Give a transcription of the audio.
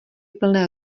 plné